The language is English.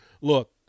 look